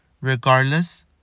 Regardless